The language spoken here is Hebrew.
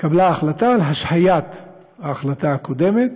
התקבלה החלטה על השהיית ההחלטה הקודמת.